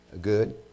Good